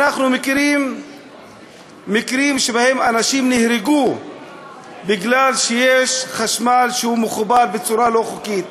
אנחנו מכירים מקרים שבהם אנשים נהרגו בגלל שחשמל חובר בצורה לא חוקית.